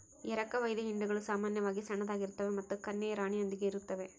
ಎರಕಹೊಯ್ದ ಹಿಂಡುಗಳು ಸಾಮಾನ್ಯವಾಗಿ ಸಣ್ಣದಾಗಿರ್ತವೆ ಮತ್ತು ಕನ್ಯೆಯ ರಾಣಿಯೊಂದಿಗೆ ಇರುತ್ತವೆ